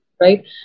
right